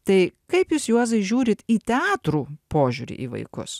tai kaip jūs juozai žiūrit į teatrų požiūrį į vaikus